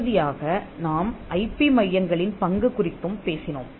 இறுதியாக நாம் ஐபி மையங்களின் பங்கு குறித்தும் பேசினோம்